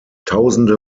tausende